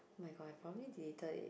my God I probably deleted it